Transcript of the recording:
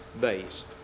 based